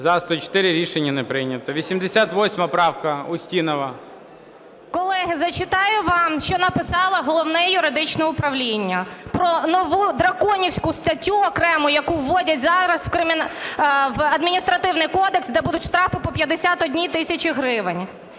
За – 104, рішення не прийнято. 88 правка, Устінова. 17:31:23 УСТІНОВА О.Ю. Колеги, зачитаю вам, що написало Головне юридичне управління про нову драконівську статтю окрему, яку вводять зараз в адміністративний кодекс, де будуть штрафи по 51 тисячі гривень,